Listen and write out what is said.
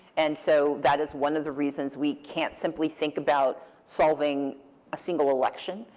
and so that is one of the reasons we can't simply think about solving a single election.